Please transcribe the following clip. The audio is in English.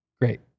great